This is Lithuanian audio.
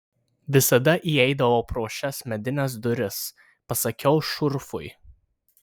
visada įeidavau pro šias medines duris pasakiau šurfui